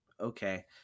okay